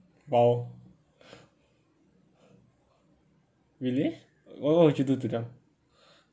!wow! really what what would you do to them